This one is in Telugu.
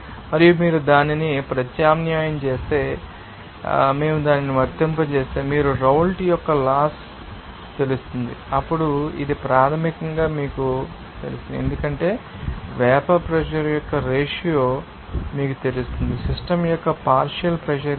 మరియు మీరు దానిని ప్రత్యామ్నాయం చేస్తే మీకు తెలుసా మేము దానిని వర్తింపజేస్తే మీరు రౌల్ట్ యొక్క లాస్ తెలుసు అప్పుడు ఇది ప్రాథమికంగా మీకు తెలుస్తుంది ఎందుకంటే వేపర్ ప్రెషర్ యొక్క రేషియో మీకు తెలుసు సిస్టమ్ యొక్క పార్షియల్ ప్రెషర్ కి